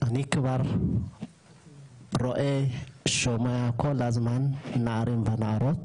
אני כבר רואה ושומע כל הזמן נערים ונערות